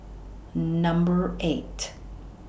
Number eight